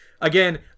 again